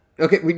Okay